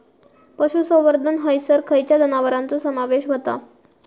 पशुसंवर्धन हैसर खैयच्या जनावरांचो समावेश व्हता?